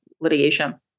litigation